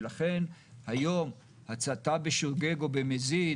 ולכן היום הצתה בשוגג או במזיד,